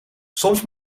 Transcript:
soms